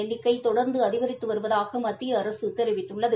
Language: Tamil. எண்ணிக்கை தொடர்ந்து அதிகரிதது வருவதாக மத்திய அரசு தெரிவித்துள்ளது